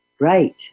Right